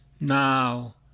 now